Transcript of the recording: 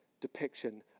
depiction